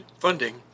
funding